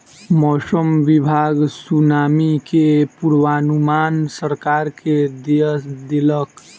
मौसम विभाग सुनामी के पूर्वानुमान सरकार के दय देलक